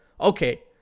Okay